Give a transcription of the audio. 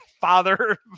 father